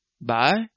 Bye